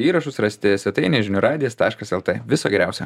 įrašus rasti svetainėje žinių radijas taškas lt viso geriausio